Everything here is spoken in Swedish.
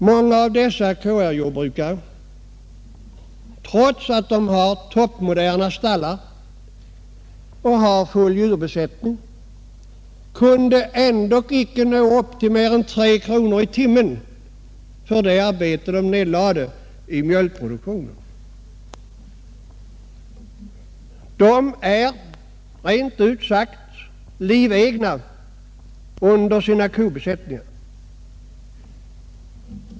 Många av dessa KR-jordbrukare kunde, trots att de har toppmoderna stallar och full djurbesättning, ändock icke nä upp till mer än 3 kronor i timmen för det arbete de nedlade på mjölkproduktionen. De är rent ut sagt livegna under sina kobesättningar.